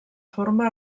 forma